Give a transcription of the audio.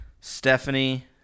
Stephanie